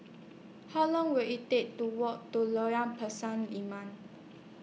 How Long Will IT Take to Walk to Lorong Pisang Emas